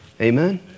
Amen